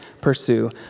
pursue